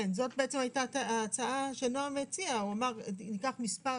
כן, זאת הייתה ההצעה שנעם הציע, הוא אמר ניקח מספר